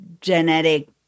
genetic